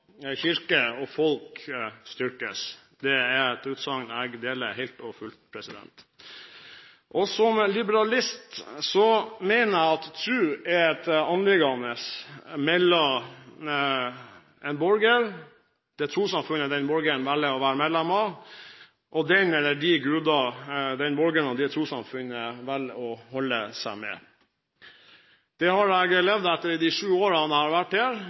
kirke og folk styrkes. Det er et utsagn jeg deler helt og fullt. Som liberalist mener jeg at tro er et anliggende mellom en borger, det trossamfunnet den borgeren velger å være medlem av, og den eller de guder den borgeren og det trossamfunnet velger å holde seg med. Det har jeg levd etter de sju årene jeg har vært